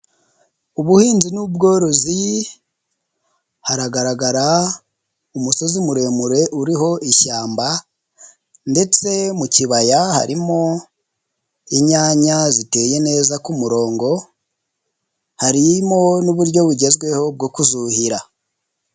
Ubuhinzi n'ubworozi haragaragara umusozi muremure uriho ishyamba ndetse mu kibaya harimo inyanya ziteye neza ku kumurongo, harimo n'uburyo bugezweho bwo kuzuhira.